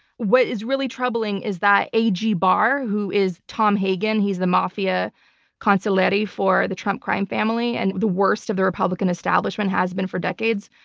what is really troubling is that ag barr, who is tom hagen, he's the mafia consigliere for the trump crime family and the worst of the republican establishment has been for decades.